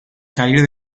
salir